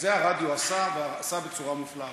את זה הרדיו עשה, ועשה בצורה מופלאה.